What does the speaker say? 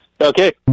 Okay